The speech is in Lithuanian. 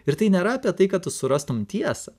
ir tai nėra apie tai kad surastum tiesą